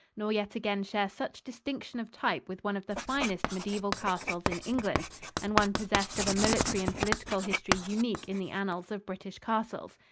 nor yet again share such distinction of type with one of the finest mediaeval castles in england and one possessed of a military and political history unique in the annals of british castles.